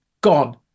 gone